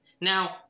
Now